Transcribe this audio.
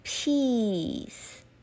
Peace